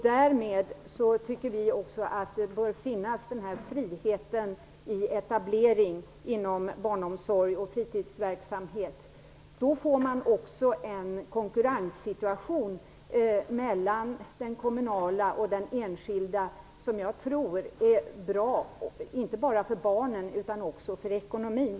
Därmed tycker vi också att den här friheten i etableringen bör finnas inom barnomsorgen och fritidsverksamheten. Då får man också en konkurrenssituation mellan den kommunala och den enskilda barnomsorgen som jag tror är bra inte bara för barnen utan också för ekonomin.